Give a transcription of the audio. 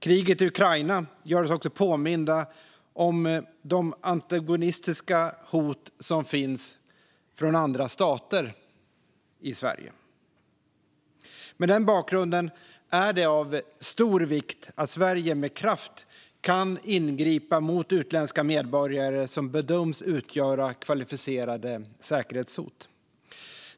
Kriget i Ukraina gör oss också påminda om de antagonistiska hoten från andra stater i Sverige. Mot den bakgrunden är det av stor vikt att Sverige med kraft kan ingripa mot utländska medborgare som bedöms utgöra kvalificerade säkerhetshot.